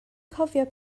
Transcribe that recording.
cofio